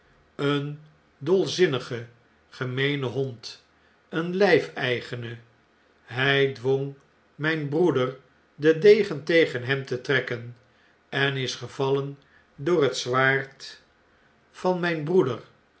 een dolzinnige gemeene hond een lu'feigene hjj dwong mijn broeder den degen tegen hem te trekken en is gevallen door het zwaard van mijn broeder